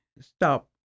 stop